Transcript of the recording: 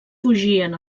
fugien